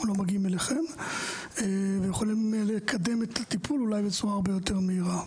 לא מגיעים אליכם ויכולים לקדם את הטיפול אולי בצורה הרבה יותר מהירה.